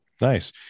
nice